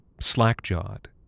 slack-jawed